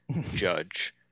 Judge